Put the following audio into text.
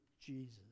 Jesus